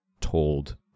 told